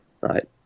right